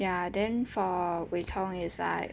ya then for wei chong is like